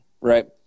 right